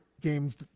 games